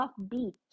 offbeat